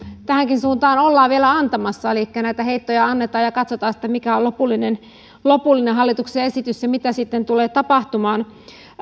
tähänkin suuntaan ollaan vielä antamassa elikkä näitä heittoja annetaan ja katsotaan sitten mikä on lopullinen lopullinen hallituksen esitys ja mitä sitten tulee tapahtumaan